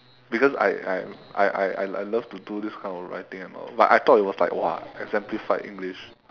because I I I I I love to do this kind of writing ah but I thought it was like !wah! exemplified english